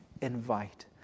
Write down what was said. invite